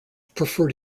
prefer